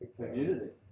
community